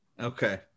Okay